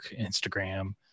Instagram